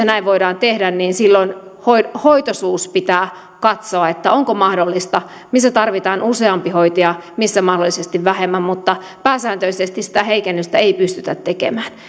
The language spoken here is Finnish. näin voidaan tehdä niin silloin hoitoisuus pitää katsoa onko se mahdollista missä tarvitaan useampi hoitaja missä mahdollisesti vähemmän mutta pääsääntöisesti sitä heikennystä ei pystytä tekemään